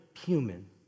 human